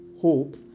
hope